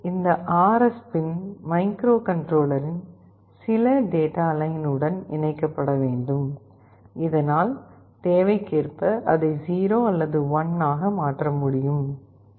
இந்த RS பின் மைக்ரோகண்ட்ரோலரின் சில டேட்டா லைன் உடன் இணைக்கப்பட வேண்டும் இதனால் தேவைக்கேற்ப அதை 0 அல்லது 1 ஆக மாற்ற முடியும்